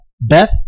Beth